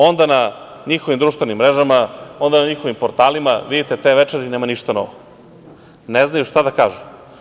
Onda na njihovim društvenim mrežama, onda na njihovim portalima vidite, te večeri nema ništa novo, ne znaju šta da kažu.